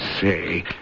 say